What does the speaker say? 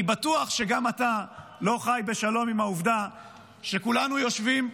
אני בטוח שגם אתה לא חי בשלום עם העובדה שכולנו יושבים,